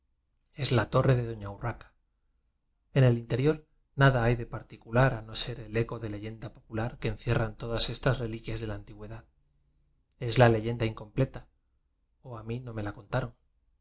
es la torre de doña urraca en el inferior nada hay de particular a no ser el eco de leyenda popular que encierran to das estas reliquias de la antigüedad es la leyenda incompleta o a mí no me la conta